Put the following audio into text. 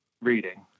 Reading